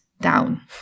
down